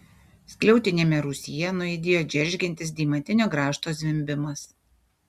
skliautiniame rūsyje nuaidėjo džeržgiantis deimantinio grąžto zvimbimas